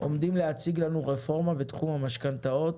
עומדים להציג לנו רפורמה בתחום המשכנתאות